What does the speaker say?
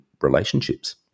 relationships